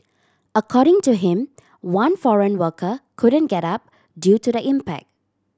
according to him one foreign worker couldn't get up due to the impact